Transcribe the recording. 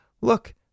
Look